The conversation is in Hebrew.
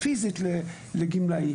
פיזית לאזרחים,